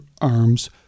arms